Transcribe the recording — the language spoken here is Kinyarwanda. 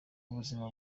ubuzima